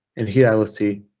and here, i will see,